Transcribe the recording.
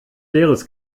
leeres